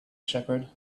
shepherd